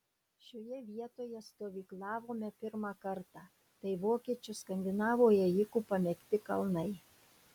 šioje vietoje stovyklavome pirmą kartą tai vokiečių skandinavų ėjikų pamėgti kalnai